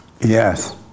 Yes